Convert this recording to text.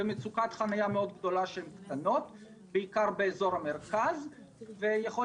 במצוקת חניה מאוד גדולה שהן קטנות בעיקר באזור המרכז ויכול